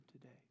today